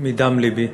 מדם לבי,